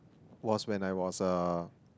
was when I was a